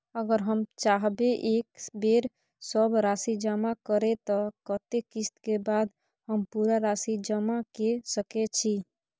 अगर हम चाहबे एक बेर सब राशि जमा करे त कत्ते किस्त के बाद हम पूरा राशि जमा के सके छि?